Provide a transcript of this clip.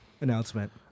announcement